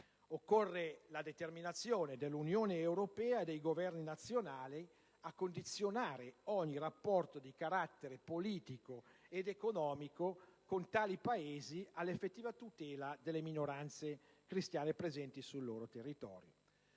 la determinazione dell'Unione europea e dei Governi nazionali a condizionare ogni rapporto di carattere politico ed economico con tali Paesi all'effettiva tutela delle minoranze cristiane presenti sul loro territorio.